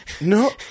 No